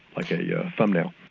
like a yeah thumbnail.